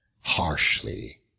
Harshly